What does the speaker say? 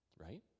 right